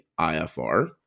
IFR